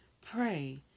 pray